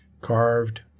carved